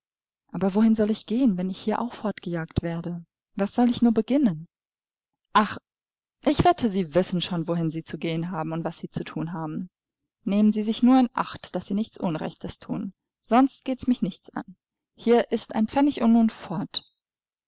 aber wohin soll ich gehen wenn ich hier auch fortgejagt werde was soll ich nur beginnen ach ich wette sie wissen schon wohin sie zu gehen haben und was sie zu thun haben nehmen sie sich nur in acht daß sie nichts unrechtes thun sonst geht's mich nichts an hier ist ein pfennig und nun fort